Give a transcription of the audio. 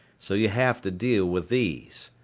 so you have to deal with these.